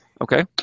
Okay